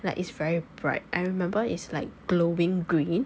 like it's very bright I remember is like glowing green